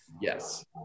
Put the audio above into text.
yes